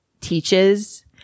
teaches